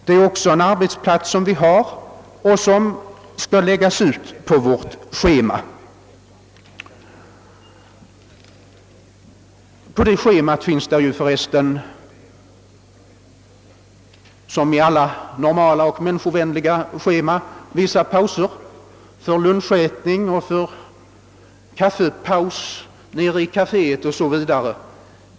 Den är också en arbetsplats som skall läggas ut på vårt schema. På detta schema finns för övrigt, som på alla normala och människovänliga schemata, vissa pauser för lunchätning, kaffedrickning nere i kaféet o. s. v.